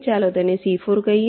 ચાલો તેને C4 કહીએ